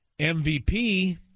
MVP